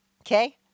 okay